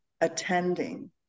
attending